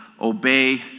obey